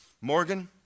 Morgan